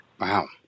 Wow